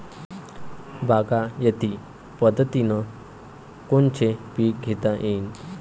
बागायती पद्धतीनं कोनचे पीक घेता येईन?